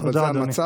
אבל זה המצב,